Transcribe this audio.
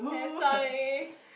sorry